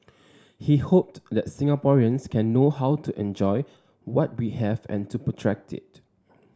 he hoped that Singaporeans can know how to enjoy what we have and to protect it